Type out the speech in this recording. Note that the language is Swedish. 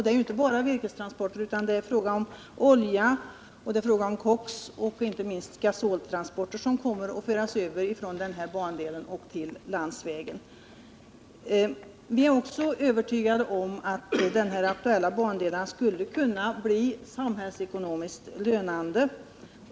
Det gäller inte bara transporter av virke, utan det är också olja, koks och inte minst gasol som kommer att föras över från den här bandelen till landsväg. Vi är också övertygade om att den aktuella bandelen skulle kunna bli samhällsekonomiskt lönande.